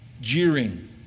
jeering